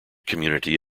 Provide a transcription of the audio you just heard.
community